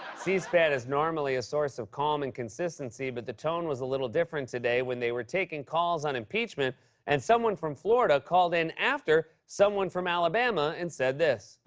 c-span is normally a source of calm and consistency, but the tone was a little different today when they were taking calls on impeachment and someone from florida called in after someone from alabama and said this.